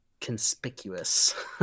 conspicuous